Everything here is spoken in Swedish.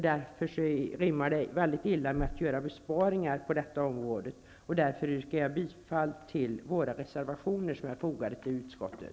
Därför passar besparingar på detta område väldigt illa in. Jag yrkar bifall till de reservationer från